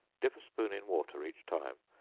dip a spoon in water each time,